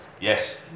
Yes